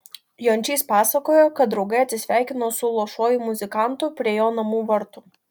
jončys pasakojo kad draugai atsisveikino su luošuoju muzikantu prie jo namų vartų